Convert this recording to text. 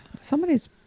Somebody's